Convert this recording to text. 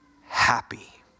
happy